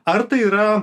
ar tai yra